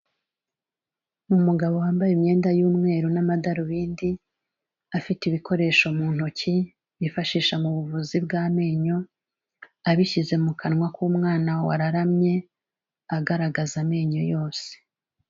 Umugabo wambaye imyenda y'umweru n'amadarubindi, afite ibikoresho mu ntoki bifashisha mu buvuzi bw'amenyo, abishyize mu kanwa k'umwana wararamye agaragaza amenyo yose.